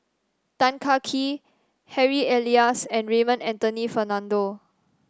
Tan Kah Kee Harry Elias and Raymond Anthony Fernando